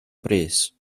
brys